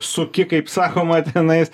suki kaip sakoma tenais